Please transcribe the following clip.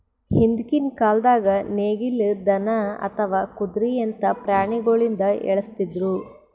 ಹಿಂದ್ಕಿನ್ ಕಾಲ್ದಾಗ ನೇಗಿಲ್, ದನಾ ಅಥವಾ ಕುದ್ರಿಯಂತಾ ಪ್ರಾಣಿಗೊಳಿಂದ ಎಳಸ್ತಿದ್ರು